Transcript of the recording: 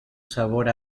sabor